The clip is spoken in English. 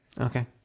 Okay